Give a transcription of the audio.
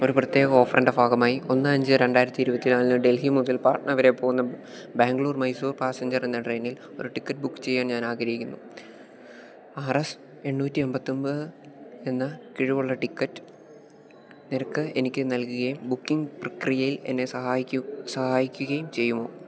ഒരു പ്രത്യേക ഓഫറിൻറ്റെ ഭാഗമായി ഒന്ന് അഞ്ച് രണ്ടായിരത്തി ഇരുപത്തി നാലിന് ഡൽഹി മുതൽ പാട്ന വരെ പോകുന്ന ബാംഗ്ലൂർ മൈസൂർ പാസഞ്ചർ എന്ന ട്രെയിനിൽ ഒരു ടിക്കറ്റ് ബുക്ക് ചെയ്യാൻ ഞാനാഗ്രഹിക്കുന്നു ആർ എസ് എണ്ണൂറ്റി എൺപത്തൊൻപത് എന്ന കിഴിവുള്ള ടിക്കറ്റ് നിരക്ക് എനിക്ക് നൽകുകയും ബുക്കിങ് പ്രക്രിയയിൽ എന്നെ സഹായിക്കു സഹായിക്കുകയും ചെയ്യുമോ